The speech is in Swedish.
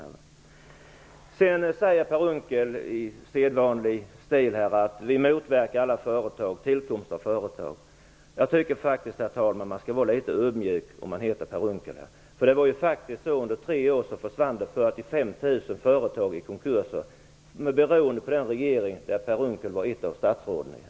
Per Unckel säger i sedvanlig stil att vi motverkar tillkomsten av företag. Jag tycker faktiskt, herr talman, att man skall vara litet ödmjuk om man heter Per Unckel. Det var faktiskt så att det under tre år försvann 45 000 företag i konkurser, beroende på den regering i vilken Per Unckel var ett av statsråden.